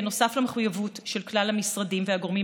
נוסף על המחויבות של כלל המשרדים והגורמים